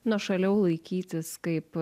nuošaliau laikytis kaip